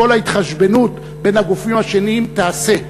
את כל ההתחשבנות בין הגופים השונים תעשה,